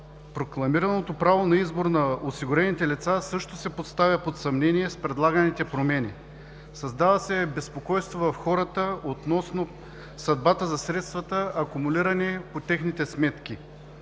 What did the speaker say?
Прокламираното право на избор на осигурените лица също се поставя под съмнение с предлаганите промени. Създава се безпокойство в хората относно съдбата за средствата, акумулирани по техните сметки.